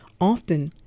often